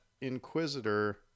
Inquisitor